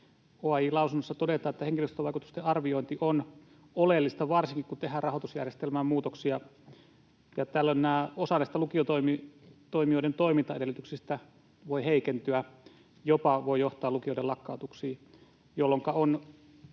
lausunnossa todetaan, että henkilöstövaikutusten arviointi on oleellista varsinkin, kun tehdään rahoitusjärjestelmään muutoksia. Tällöin osa näistä lukiotoimijoiden toimintaedellytyksistä voi heikentyä, voi jopa johtaa lukioiden lakkautuksiin, jolloinka on